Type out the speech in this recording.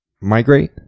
migrate